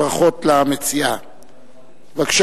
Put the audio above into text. בעד,